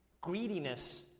greediness